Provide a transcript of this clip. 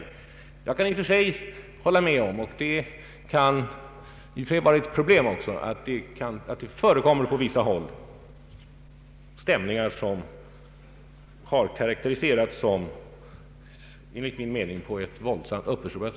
Det har visserligen på sina håll förekommit stämningar av detta slag — och det kan i och för sig vara ett problem — men när dessa karakteriseras som något slags förtroendeklyfta gör man sig enligt min mening skyldig till en våldsam uppförstoring.